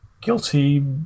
guilty